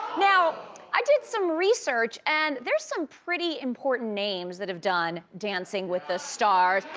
now i did some research and there's some pretty important names that have done dancing with the stars.